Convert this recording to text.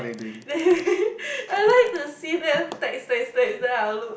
I like to see them text text text then I'll look